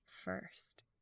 first